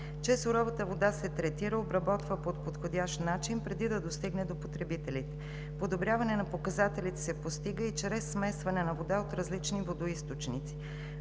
че суровата вода се третира, обработва по подходящ начин преди да достигне до потребителите. Подобряване на показателите се постига и чрез смесване на вода от различни водоизточници.